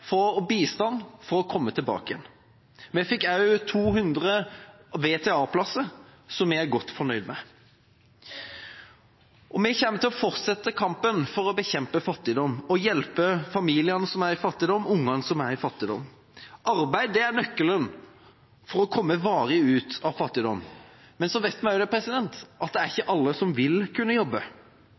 og bistand for å komme tilbake igjen. Vi fikk også 200 VTA-plasser, noe vi er godt fornøyd med. Vi kommer til å fortsette kampen for å bekjempe fattigdom og hjelpe familiene som er i fattigdom – ungene som er i fattigdom. Arbeid er nøkkelen til å komme varig ut av fattigdom. Men så vet vi også at det ikke er alle som vil kunne jobbe.